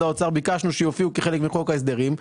האוצר ביקשנו שיופיעו כחלק מחוק ההסדרים.